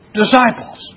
disciples